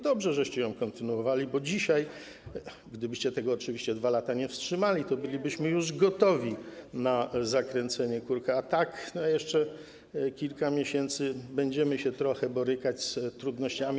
Dobrze, że ją kontynuowaliście, bo dzisiaj, gdybyście tego oczywiście 2 lata nie wstrzymali, bylibyśmy już gotowi na zakręcenie kurka, a tak - jeszcze kilka miesięcy będziemy się trochę borykać z trudnościami.